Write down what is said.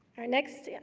our next